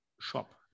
shop